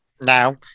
now